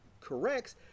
corrects